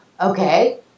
okay